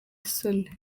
isoni